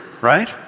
right